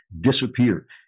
disappear